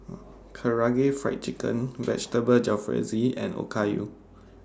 Karaage Fried Chicken Vegetable Jalfrezi and Okayu